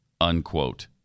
unquote